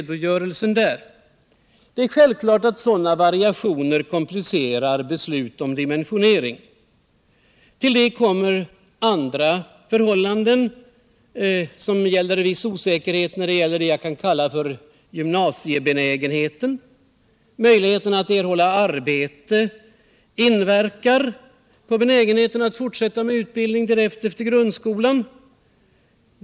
Det är självklart att sådana variationer komplicerar beslut om dimensionering. Till det kommer andra förhållanden, som gäller osäkerhet beträffande det man kan kalla gymnasiebenägenheten. Möjligheten att erhålla arbete påverkar benägenheten att fortsätta med utbildning direkt efter grundskolan.